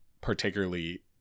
particularly